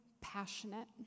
passionate